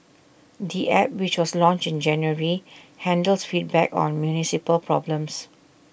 the app which was launched in January handles feedback on municipal problems